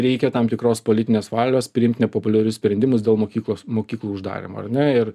reikia tam tikros politinės valios priimt nepopuliarius sprendimus dėl mokyklos mokyklų uždarymo ar ne ir